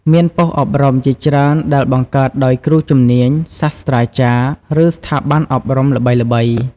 មានប៉ុស្តិ៍អប់រំជាច្រើនដែលបង្កើតដោយគ្រូជំនាញ សាស្ត្រាចារ្យ ឬស្ថាប័នអប់រំល្បីៗ។